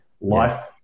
life